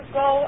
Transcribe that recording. go